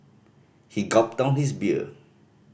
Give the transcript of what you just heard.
he gulped down his beer